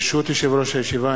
ברשות יושב-ראש הישיבה,